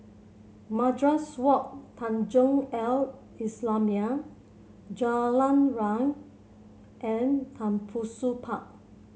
Madrasah Wak Tanjong Al Islamiah Jalan Riang and Tembusu Park